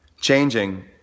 changing